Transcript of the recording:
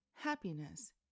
happiness